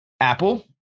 Apple